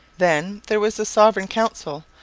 then there was the sovereign council,